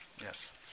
Yes